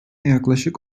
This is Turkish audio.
yaklaşık